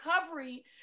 recovery